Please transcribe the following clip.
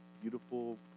beautiful